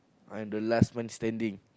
I'm the last man standing